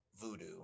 Voodoo